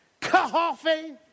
coffee